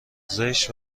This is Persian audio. زشت